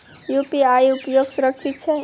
UPI उपयोग सुरक्षित छै?